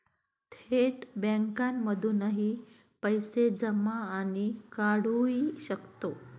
थेट बँकांमधूनही पैसे जमा आणि काढुहि शकतो